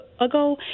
ago